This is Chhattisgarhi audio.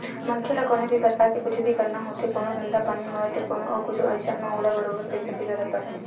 मनखे ल कोनो भी परकार के कुछु भी करना होथे कोनो धंधा पानी होवय ते कोनो अउ कुछु अइसन म ओला बरोबर पइसा के जरुरत पड़थे